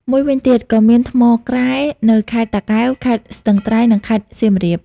មួយវិញទៀតក៏មានថ្មក្រែ នៅខេត្តតាកែវ ខេត្តស្ទឹងត្រែង និងខេត្តសៀមរាប។